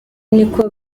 niko